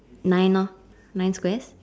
nine lah nine squares